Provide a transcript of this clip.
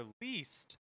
released